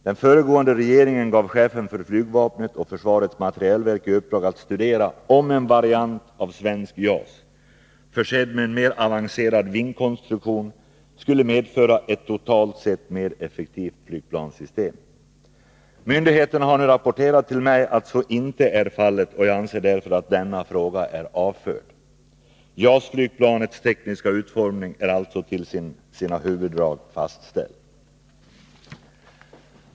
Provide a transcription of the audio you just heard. Den föregående regeringen gav chefen för flygvapnet och försvarets materielverk i uppdrag att studera, om en variant av svenskt JAS-flygplan försedd med en mer avancerad vingkonstruktion skulle medföra ett totalt sett mer effektivt flygplanssystem. Myndigheterna har rapporterat till mig att så inte är fallet. Jag anser därför att denna fråga är avförd. JAS-flygplanets tekniska utformning är alltså till sina huvuddrag fastställd.